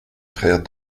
frères